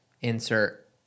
insert